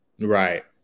Right